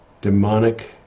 demonic